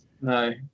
No